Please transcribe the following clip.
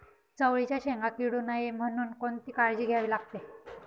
चवळीच्या शेंगा किडू नये म्हणून कोणती काळजी घ्यावी लागते?